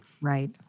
Right